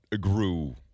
grew